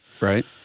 Right